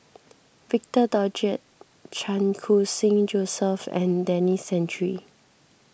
Victor Doggett Chan Khun Sing Joseph and Denis Santry